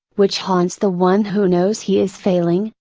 which haunts the one who knows he is failing,